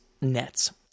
nets